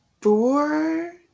Four